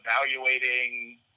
evaluating